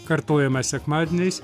kartojama sekmadieniais